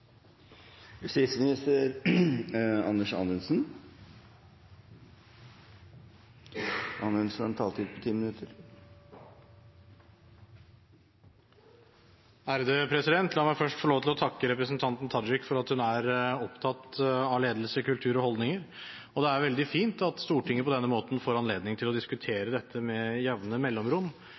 La meg først få lov til å takke representanten Tajik for at hun er opptatt av ledelse, kultur og holdninger. Det er veldig fint at Stortinget på denne måten får anledning til å diskutere dette med jevne mellomrom.